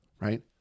right